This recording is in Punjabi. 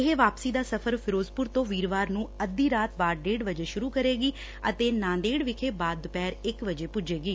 ਇਹ ਵਾਪਸੀ ਦਾ ਸਫਰ ਫਿਰੋਜ਼ਪੁਰ ਤੋਂ ਵੀਰਵਾਰ ਨੂੰ ਅੱਧੀ ਰਾਤ ਬਾਅਦ ਡੇਢ ਵਜੇ ਸ਼ੁਰੂ ਕਰੇਗੀ ਅਤੇ ਨਾਂਦੇੜ ਵਿਖੇ ਬਾਅਦ ਦੂਪਿਹਰ ਇਕ ਵਜੇ ਪੁੱਜੇਗੀ